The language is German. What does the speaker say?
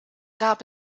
gab